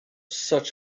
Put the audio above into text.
such